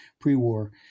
pre-war